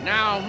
Now